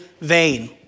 vain